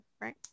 right